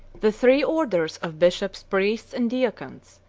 the three orders of bishops, priests, and deacons,